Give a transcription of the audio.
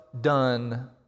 done